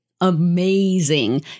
amazing